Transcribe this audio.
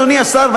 אדוני השר,